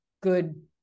good